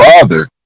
father